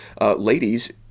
Ladies